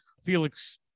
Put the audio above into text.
Felix